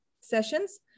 sessions